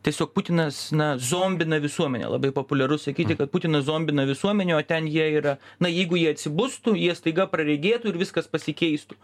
tiesiog putinas na zombina visuomenę labai populiaru sakyti kad putinas zombina visuomenę o ten jie yra na jeigu jie atsibustų jie staiga praregėtų ir viskas pasikeistų